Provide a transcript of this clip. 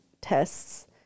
tests